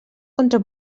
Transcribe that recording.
contra